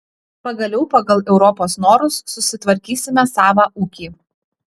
pagaliau pagal europos norus susitvarkysime savą ūkį